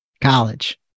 college